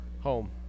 home